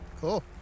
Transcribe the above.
Cool